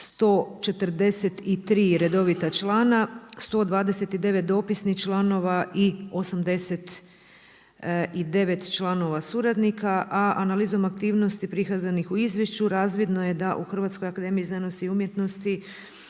143 redovita člana, 129 dopisnih članova i 89 članova suradnika, a analizom aktivnosti prikazanih u izvješću razvidno je da u HAZU je tijekom